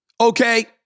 Okay